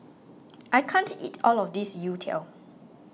I can't eat all of this Youtiao